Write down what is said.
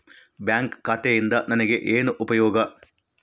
Bank ಖಾತೆಯಿಂದ ನನಗೆ ಏನು ಉಪಯೋಗ?